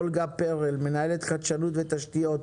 אולגה פרל, מנהלת חדשנות ותשתיות,